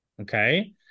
okay